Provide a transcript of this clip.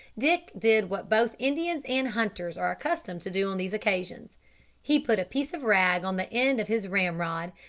dick did what both indians and hunters are accustomed to do on these occasions he put a piece of rag on the end of his ramrod,